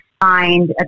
find